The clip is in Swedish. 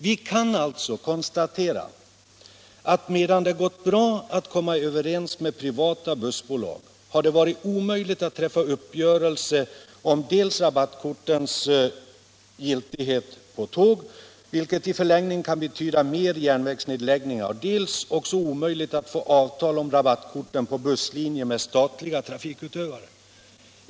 Vi kan alltså konstatera att medan det gått bra att komma överens med privata bussbolag har det dels varit omöjligt att träffa uppgörelse om rabattkortens giltighet på tåg — vilket i förlängningen kan betyda mer järnvägsnedläggningar — dels varit omöjligt att få avtal om rabattkorten för buss med statliga trafikutövare.